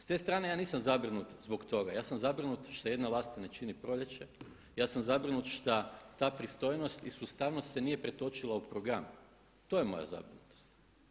S te strane ja nisam zabrinut zbog toga, ja sam zabrinut što jedna vlasta ne čini proljeće, ja sam zabrinut šta ta pristojnost i sustavnost se nije pretočila u program, to je moja zabrinutost.